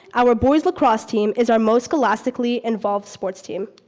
our boys lacrosse team is our most scholastically involved sports team.